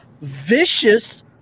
vicious